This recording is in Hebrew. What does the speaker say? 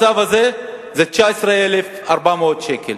ושומרון בלבד, לא כולל ירושלים, 320,000 יהודים.